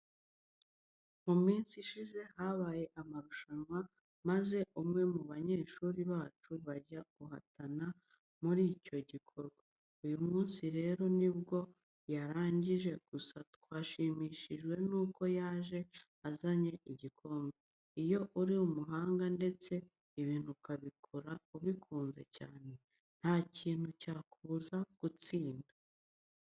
Mu minsi ishize habaye amarushanwa, maze umwe mu banyeshuri bacu bajya guhatana muri icyo gikorwa. Uyu munsi rero ni bwo yarangiye gusa twashimishijwe nuko yaje azanye igikombe. Iyo uri umuhanga ndetse ibintu ukabikora ubikunze cyane, nta kintu cyakubuza gutsinda.